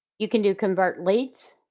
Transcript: you can do convert leads,